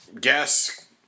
guess